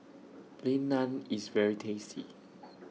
Plain Naan IS very tasty